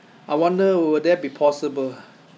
I wonder would that be possible